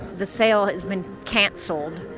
the sale has been canceled.